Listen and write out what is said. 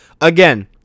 Again